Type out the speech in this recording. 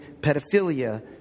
pedophilia